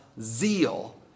zeal